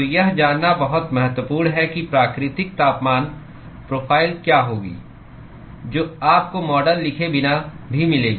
तो यह जानना बहुत महत्वपूर्ण है कि प्राकृतिक तापमान प्रोफ़ाइल क्या होगी जो आपको मॉडल लिखे बिना भी मिलेगी